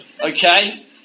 okay